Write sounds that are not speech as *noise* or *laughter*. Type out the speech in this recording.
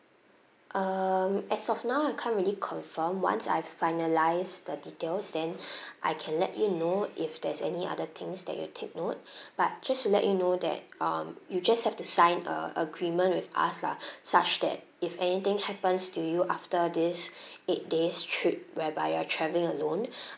um as of now I can't really confirm once I've finalised the details then *breath* I can let you know if there's any other things that you take note but just to let you know that um you just have to sign a agreement with us lah such that if anything happens to you after this eight days trip whereby you're travelling alone *breath*